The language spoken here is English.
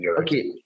Okay